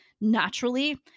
naturally